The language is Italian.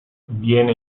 viene